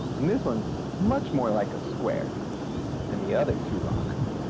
and this one's much more like a square than the other two rocks.